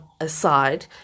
aside